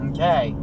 Okay